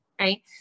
right